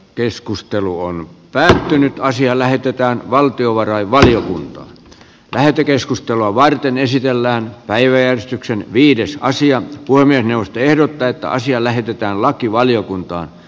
keskustelu on päättynyt ja asia lähetetään valtiovarainvaliokuntaan lähetekeskustelua varten esitellään päiväjärjestyksen viides sija voimien puhemiesneuvosto ehdottaa että asia lähetetään lakivaliokuntaan